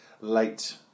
late